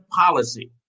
policy